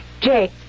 Jake